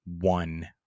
one